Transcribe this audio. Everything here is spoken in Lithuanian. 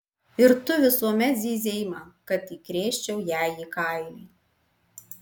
ir tu visuomet zyzei man kad įkrėsčiau jai į kailį